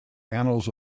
annals